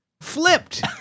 Flipped